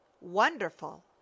wonderful